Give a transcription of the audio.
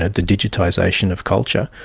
ah the digitisation of culture,